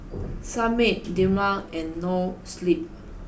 Sunmaid Dilmah and Noa Sleep